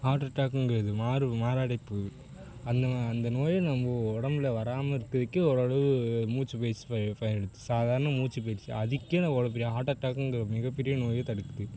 heart அட்டாக்குங்கிறது மாரு மாரடைப்பு அந்த மா அந்த நோயை நம்ம உடம்புல வராமல் இருக்கிறதுக்கே ஓரளவு மூச்சுப் பயிற்சி ப பயன்படுது சாதாரண மூச்சுப் பயிற்சி அதுக்கே நம்ம இவ்வளோ பெரிய ஹார்ட் அட்டாக்குங்கி ற மிகப்பெரிய நோயை தடுக்குது